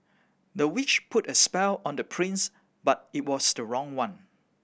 the witch put a spell on the prince but it was the wrong one